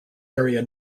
area